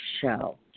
show